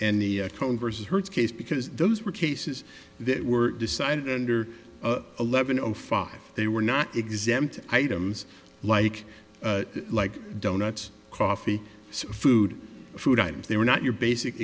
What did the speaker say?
and the converse hurts case because those were cases that were decided under eleven o five they were not exempt items like like donuts coffee food food items they were not your basic